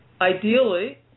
Ideally